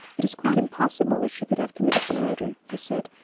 it is quite impossible that she could have committed the murder, he said.